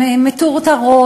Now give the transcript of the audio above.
הן מטורטרות,